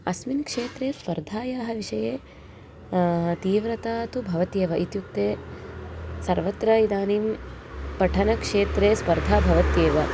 अस्मिन् क्षेत्रे स्पर्धायाः विषये तीव्रता तु भवति एव इत्युक्ते सर्वत्र इदानीं पठनक्षेत्रे स्पर्धा भवत्येव